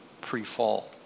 pre-fall